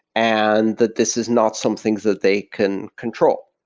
and that this is not something that they can control.